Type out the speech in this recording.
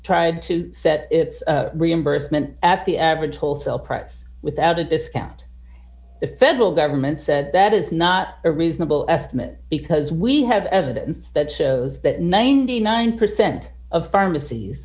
tried to set its reimbursement at the average wholesale price without a discount the federal government said that is not a reasonable estimate because we have evidence that shows that ninety nine percent of pharmacies